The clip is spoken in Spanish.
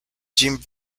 jim